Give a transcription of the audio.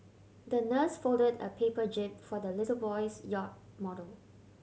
the nurse folded a paper jib for the little boy's yacht model